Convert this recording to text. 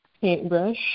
paintbrush